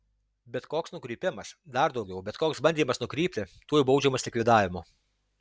bet koks nukrypimas dar daugiau bet koks bandymas nukrypti tuoj baudžiamas likvidavimu